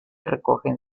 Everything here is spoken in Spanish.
recogen